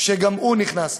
שגם הוא נכנס.